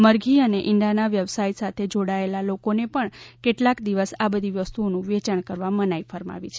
મરઘી અને ઈંડાના વ્યવસાય સાથે જોડાયેલા લોકોને પણ કેટલાક દિવસ આ બધી વસ્તુઓનું વેચાણ કરવા મનાઇ ફરમાવી છે